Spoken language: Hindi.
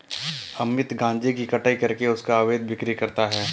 अमित गांजे की कटाई करके उसका अवैध बिक्री करता है